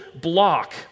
block